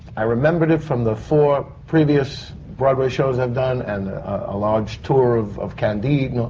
i remembered it from the four previous broadway shows i've done, and a. a large tour of of candida,